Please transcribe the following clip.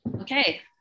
Okay